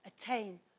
attain